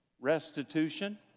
restitution